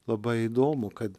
labai įdomu kad